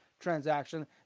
transaction